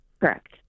Correct